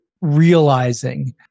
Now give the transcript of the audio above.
realizing